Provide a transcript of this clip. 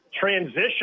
transition